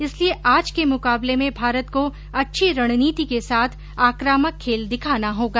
इसलिये आज के मुकाबले में भारत को अच्छी रणनीति के साथ आकामक खेल दिखाना होगा